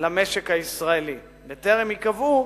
למשק הישראלי בטרם ייקבעו